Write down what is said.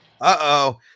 Uh-oh